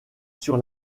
sur